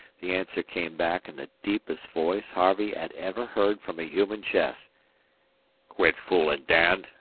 the answer came back in the deepest voice harvey had ever heard from a human chest quit foolin', dan,